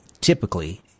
typically